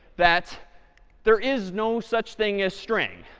that there is no such thing as string.